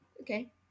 okay